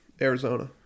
Arizona